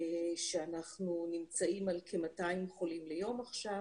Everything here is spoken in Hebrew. שאנחנו נמצאים על כ-200 חולים ליום עכשיו.